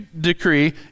decree